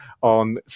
on